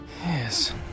Yes